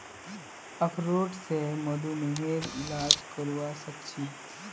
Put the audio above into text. अखरोट स मधुमेहर इलाज करवा सख छी